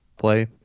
play